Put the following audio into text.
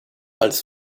als